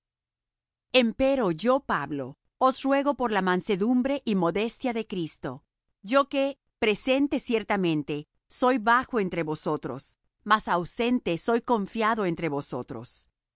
inefable empero yo pablo os ruego por la mansedumbre y modestia de cristo yo que presente ciertamente soy bajo entre vosotros mas ausente soy confiado entre vosotros